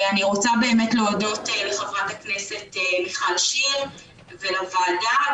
אני רוצה להודות לח"כ מיכל שיר ולוועדה,